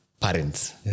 parents